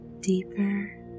deeper